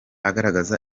agaragaza